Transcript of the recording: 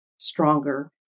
stronger